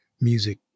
music